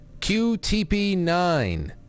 qtp9